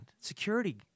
security